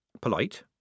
polite